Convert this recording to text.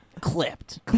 Clipped